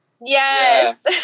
yes